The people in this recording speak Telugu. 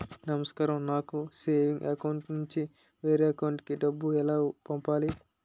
నమస్కారం నాకు సేవింగ్స్ అకౌంట్ నుంచి వేరే బ్యాంక్ కి డబ్బు ఎలా పంపాలి?